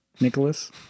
nicholas